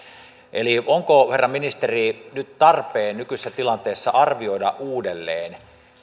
onko herra ministeri nyt tarpeen nykyisessä tilanteessa arvioida uudelleen